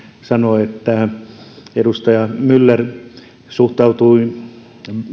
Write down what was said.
sanoi että edustaja myller suhtautui